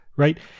right